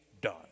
done